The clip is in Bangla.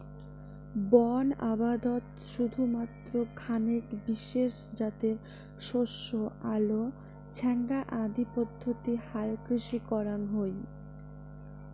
বন আবদত শুধুমাত্র খানেক বিশেষ জাতের শস্য আলো ছ্যাঙা আদি পদ্ধতি হালকৃষি করাং হই